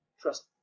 trust